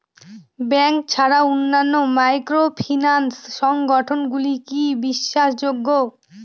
Bank ছাড়া অন্যান্য microfinance সংগঠন গুলি কি বিশ্বাসযোগ্য?